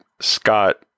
Scott